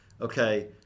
okay